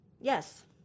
Yes